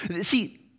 See